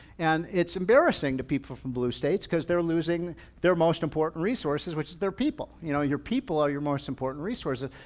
and it's embarrassing to people from blue states because they're losing their most important resources, which is their people. you know your people are your most important resources.